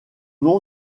nom